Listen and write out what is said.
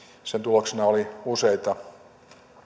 sen tuloksena oli useita